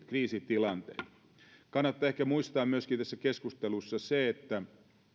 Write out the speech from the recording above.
kriisitilanteiden hallinta kannattaa ehkä muistaa tässä keskustelussa myöskin se että